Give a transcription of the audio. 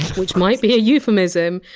which might be a euphemism,